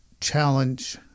challenge